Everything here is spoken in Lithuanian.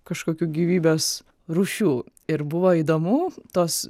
kažkokių gyvybės rūšių ir buvo įdomu tos